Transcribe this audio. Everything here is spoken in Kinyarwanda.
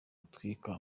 gutwika